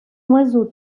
oiseau